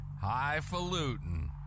highfalutin